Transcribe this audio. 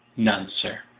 none, sir.